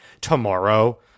tomorrow